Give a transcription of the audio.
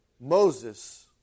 Moses